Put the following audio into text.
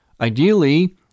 Ideally